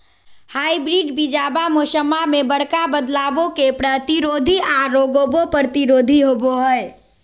hybrid बीजावा मौसम्मा मे बडका बदलाबो के प्रतिरोधी आ रोगबो प्रतिरोधी होबो हई